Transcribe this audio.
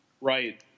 Right